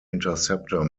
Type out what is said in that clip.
interceptor